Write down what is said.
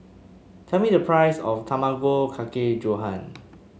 tell me the price of Tamago Kake Gohan